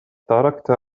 تركت